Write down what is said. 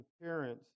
appearance